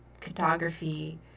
cartography